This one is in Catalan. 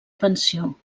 pensió